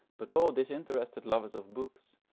but all disinterested lovers of books,